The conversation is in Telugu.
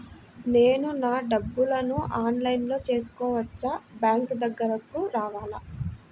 నేను నా డబ్బులను ఆన్లైన్లో చేసుకోవచ్చా? బ్యాంక్ దగ్గరకు రావాలా?